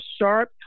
sharp